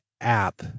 app